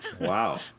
wow